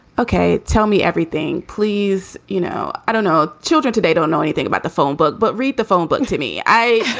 ok. tell me everything, please. you know, i don't know. children today don't know anything about the phone book. but read the phone book to me. i